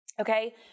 okay